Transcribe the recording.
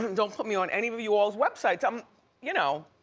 um don't put me on any of of you all's websites. i'm you know,